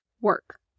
work